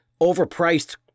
overpriced